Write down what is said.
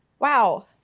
wow